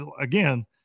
again